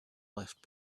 left